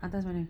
atas mana